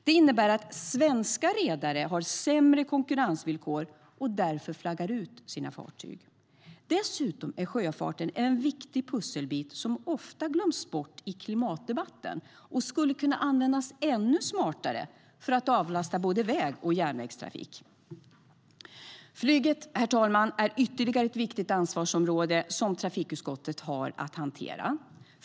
Det innebär att svenska redare har sämre konkurrensvillkor och därför flaggar ut sina fartyg. Dessutom är sjöfarten en viktig pusselbit som ofta glöms bort i klimatdebatten och skulle kunna användas ännu smartare för att avlasta både väg och järnvägstrafik. Flyget, herr talman, är ytterligare ett viktigt ansvarsområde som trafikutskottet har att hantera.